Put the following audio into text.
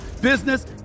business